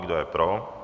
Kdo je pro?